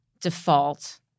default